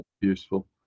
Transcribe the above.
useful